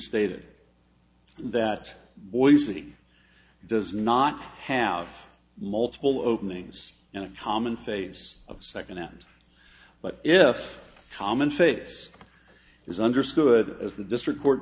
stated that boise does not have multiple openings and a common face of second hand but if common face is understood as the district court